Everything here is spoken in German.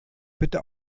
bitte